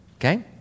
okay